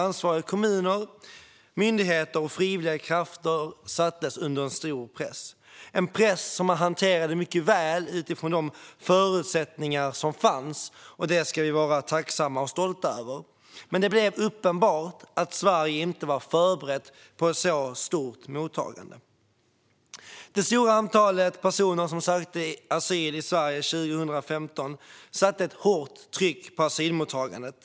Ansvariga kommuner, myndigheter och frivilliga krafter sattes under en stor press, en press som de hanterade mycket väl utifrån de förutsättningar som fanns. Det ska vi vara tacksamma för och stolta över. Men det blev uppenbart att Sverige inte var förberett på ett så stort mottagande. Det stora antalet personer som sökte asyl i Sverige 2015 satte ett hårt tryck på asylmottagandet.